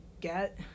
get